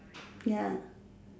ya